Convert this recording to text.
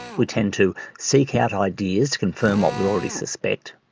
we tend to seek out ideas to confirm what we already suspect,